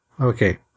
Okay